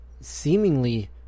seemingly